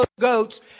goats